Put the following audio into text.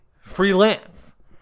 Freelance